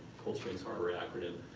cold springs harbor acronym.